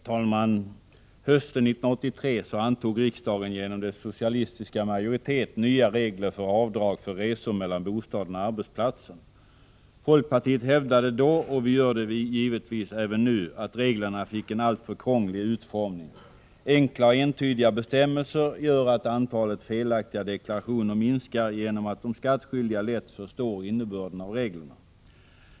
Herr talman! Hösten 1983 antog riksdagen genom sin socialistiska majoritet nya regler för avdrag för resor mellan bostaden och arbetsplatsen. Folkpartiet hävdade då — och vi gör det givetvis även nu — att reglerna fick en alltför krånglig utformning. Enkla och entydiga bestämmelser gör att antalet felaktiga deklarationer minskar genom att de skattskyldiga lätt förstår innebörden av reglerna.